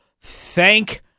Thank